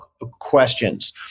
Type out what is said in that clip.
questions